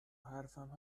حرفم